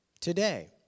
Today